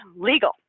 legal